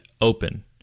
open